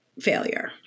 failure